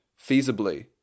feasibly